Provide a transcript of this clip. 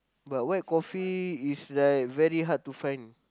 but white coffee is like very hard to find